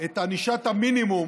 את ענישת המינימום